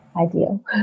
ideal